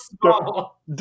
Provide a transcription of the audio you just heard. small